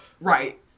Right